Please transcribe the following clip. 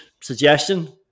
suggestion